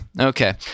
Okay